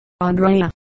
Andrea